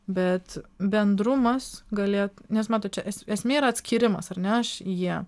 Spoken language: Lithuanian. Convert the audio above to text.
bet bendrumas galėt nes matot čia es esmė yra atskyrimas ar ne aš į jie